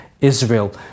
Israel